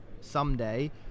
someday